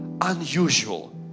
unusual